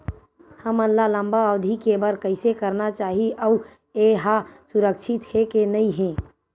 हमन ला लंबा अवधि के बर कइसे करना चाही अउ ये हा सुरक्षित हे के नई हे?